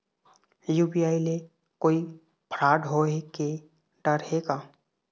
UPI ले कोई fraud होए के डर हे का?